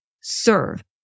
serve